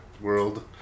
world